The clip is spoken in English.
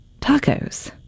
tacos